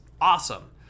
awesome